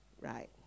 Right